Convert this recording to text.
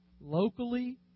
locally